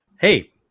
Hey